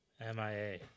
MIA